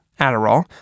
Adderall